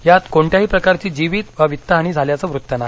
यात कोणत्याही प्रकारची जिवीत अथवा वित्तहानी झाल्याचं वृत्त नाही